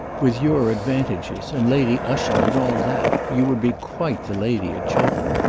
with your advantages, and lady ushant, and all that, you would be quite the lady at chowton.